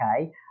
okay